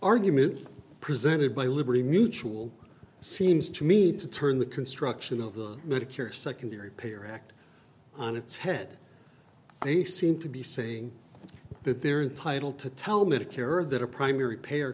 argument presented by liberty mutual seems to me to turn the construction of the medicare secondary payer act on its head they seem to be saying that they're entitle to tell medicare or that a primary pa